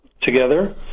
together